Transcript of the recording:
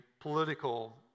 political